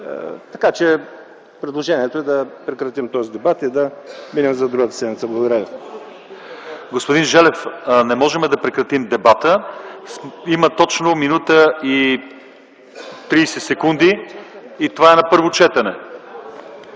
Така че предложението е да прекратим този дебат и да го минем за другата седмица. Благодаря Ви. ПРЕДСЕДАТЕЛ ЛЪЧЕЗАР ИВАНОВ: Господин Желев, не можем да прекратим дебата. Има точно 1 минута и 30 секунди и това е на първо четене.